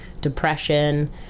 depression